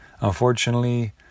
unfortunately